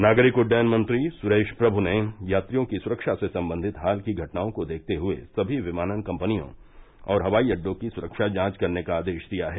नागरिक उड्डयन मंत्री सुरेश प्रमु ने यात्रियों की सुरक्षा से संबंधित हाल की घटनाओं को देखते हुए सभी विमानन कंपनियों और हवाई अड्डों की सुरक्षा जांच करने का आदेश दिया है